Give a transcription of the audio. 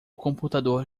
computador